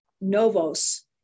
Novos